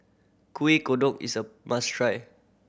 Kueh Kodok is a must try